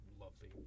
lovely